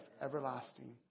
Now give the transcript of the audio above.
everlasting